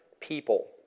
people